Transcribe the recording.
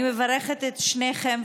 אני מברכת את שניכם,